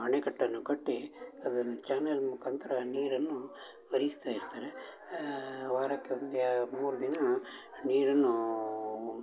ಅಣೆಕಟ್ಟನ್ನು ಕಟ್ಟಿ ಅದನ್ನು ಚಾನಲ್ ಮುಖಾಂತರ ನೀರನ್ನು ಹರಿಸ್ತಾ ಇರ್ತಾರೆ ವಾರಕ್ಕೆ ಒಂದು ಎ ಮೂರು ದಿನ ನೀರನ್ನೂ